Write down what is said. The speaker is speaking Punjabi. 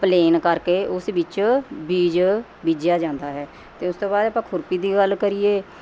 ਪਲੇਨ ਕਰਕੇ ਉਸ ਵਿੱਚ ਬੀਜ ਬੀਜਿਆ ਜਾਂਦਾ ਹੈ ਅਤੇ ਉਸ ਤੋਂ ਬਾਅਦ ਆਪਾਂ ਖੁਰਪੀ ਦੀ ਗੱਲ ਕਰੀਏ